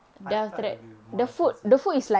I thought it would be more expensive